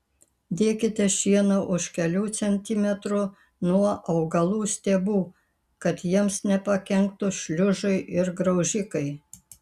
dėkite šieną už kelių centimetrų nuo augalų stiebų kad jiems nepakenktų šliužai ir graužikai